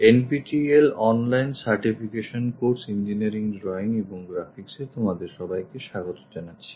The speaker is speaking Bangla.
N P T E L online certification course engineering drawing এবং গ্রাফিক্সে তোমাদের সবাইকে স্বাগত জানাচ্ছি